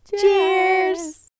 Cheers